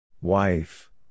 Wife